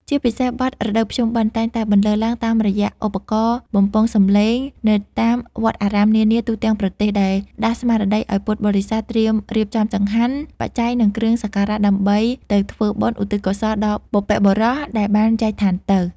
ជាពិសេសបទ រដូវភ្ជុំបិណ្ឌ តែងតែបន្លឺឡើងតាមរយៈឧបករណ៍បំពងសម្លេងនៅតាមវត្តអារាមនានាទូទាំងប្រទេស ដែលដាស់ស្មារតីឱ្យពុទ្ធបរិស័ទត្រៀមរៀបចំចង្ហាន់ បច្ច័យ និងគ្រឿងសក្ការៈដើម្បីទៅធ្វើបុណ្យឧទ្ទិសកុសលដល់បុព្វបុរសដែលបានចែកឋានទៅ។